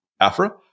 Afra